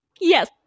Yes